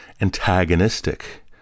antagonistic